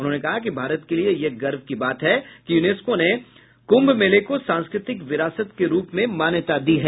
उन्होंने कहा कि भारत के लिए यह गर्व की बात है कि यूनेस्को ने कुम्भ मेले को सांस्कृतिक विरासत के रूप में मान्यता दी है